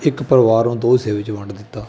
ਇੱਕ ਪਰਿਵਾਰ ਨੂੰ ਦੋ ਹਿੱਸੇ ਵਿੱਚ ਵੰਡ ਦਿੱਤਾ